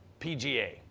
pga